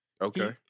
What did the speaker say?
Okay